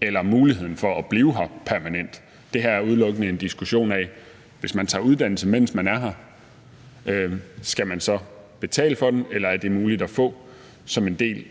eller muligheden for at blive her permanent. Det her er udelukkende en diskussion af, om man, hvis man tager en uddannelse, mens man er her, så skal betale for den, eller om det er muligt at få det